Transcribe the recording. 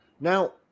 Now